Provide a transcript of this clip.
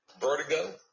vertigo